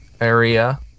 area